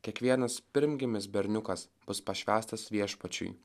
kiekvienas pirmgimis berniukas bus pašvęstas viešpačiui